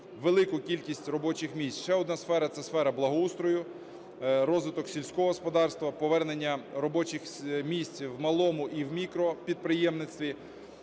велику кількість робочих місць. Ще одна сфера – це сфера благоустрою, розвиток сільського господарства, повернення робочих місць в малому і мікропідприємництві.